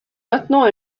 maintenant